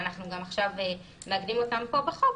ואנחנו גם עכשיו נשים אותם כאן בחוק,